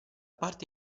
parte